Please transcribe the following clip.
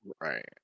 Right